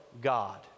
God